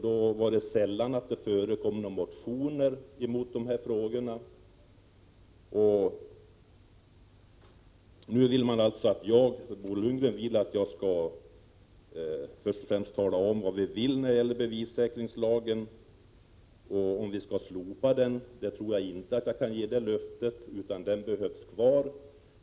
Det väcktes sällan några motioner om dessa frågor. Nu vill Bo Lundgren att jag skall tala om vad vi vill beträffande bevissäkringslagen, om den skall slopas. Det löftet tror jag inte att jag kan ge, för den lagen behöver vi ha kvar.